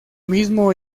mismo